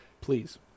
please